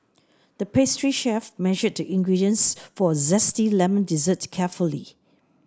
the pastry chef measured the ingredients for a zesty lemon dessert carefully